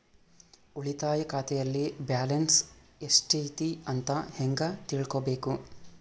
ಉಳಿತಾಯ ಖಾತೆಯಲ್ಲಿ ಬ್ಯಾಲೆನ್ಸ್ ಎಷ್ಟೈತಿ ಅಂತ ಹೆಂಗ ತಿಳ್ಕೊಬೇಕು?